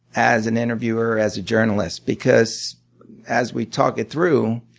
as an interviewer, as a journalist. because as we talk it through,